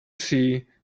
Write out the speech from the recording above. see